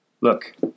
Look